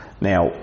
Now